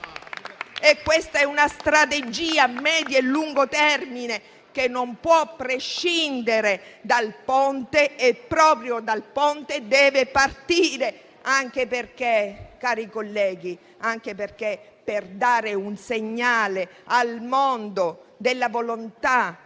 Questa è una strategia a medio e lungo termine che non può prescindere dal Ponte e proprio dal Ponte deve partire, cari colleghi, anche per dare un segnale al mondo della volontà